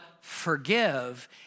forgive